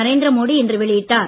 நரேந்திர மோடி இன்று வெளியிட்டார்